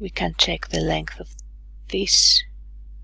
we can check the length of this